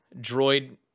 droid